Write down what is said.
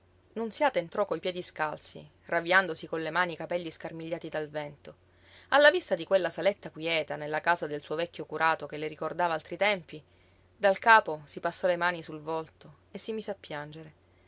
a quest'ora nunziata entrò coi piedi scalzi ravviandosi con le mani i capelli scarmigliati dal vento alla vista di quella saletta quieta nella casa del suo vecchio curato che le ricordava altri tempi dal capo si passò le mani sul volto e si mise a piangere